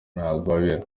ntagwabira